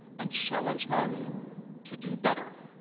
and challenge us to do better.